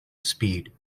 speed